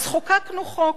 אז חוקקנו חוק,